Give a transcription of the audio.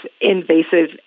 invasive